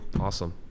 awesome